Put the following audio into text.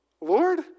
Lord